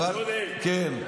אל, יא חוצפן.